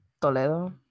toledo